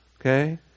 okay